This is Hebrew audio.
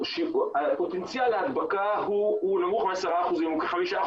פוטנציאל ההדבקה הוא נמוך מ-10%, הוא כ-5%.